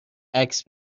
عکس